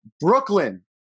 Brooklyn